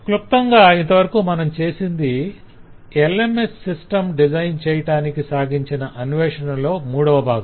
క్లుప్తంగా ఇంతవరకు మనం చేసింది LMS సిస్టం డిజైన్ చేయటానికి సాగించిన అన్వేషణలో మూడవ బాగం